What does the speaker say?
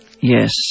Yes